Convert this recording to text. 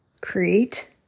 create